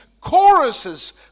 choruses